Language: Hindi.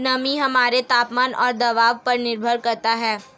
नमी हमारे तापमान और दबाव पर निर्भर करता है